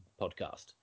podcast